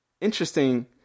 interesting